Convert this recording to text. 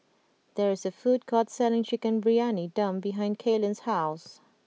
there is a food court selling Chicken Briyani Dum behind Kaylen's house